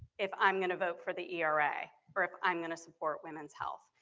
if i'm gonna vote for the era or if i'm gonna support women's health,